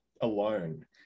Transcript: alone